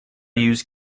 use